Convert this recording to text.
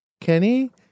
Kenny